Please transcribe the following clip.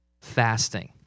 fasting